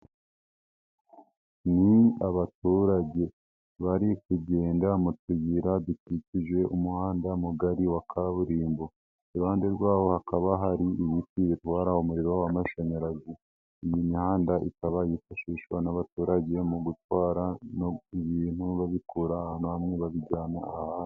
Ni abaturage bari kugenda mu tuyira dukikije umuhanda mugari wa kaburimbo, iruhande rwawo hakaba hari imiti bitwara umuriro w'amashanyarazi, iyi mihanda ikaba yifashishwa n'abaturage mu gutwara no ibintu babikura ahantu hamwe babijyana ahandi.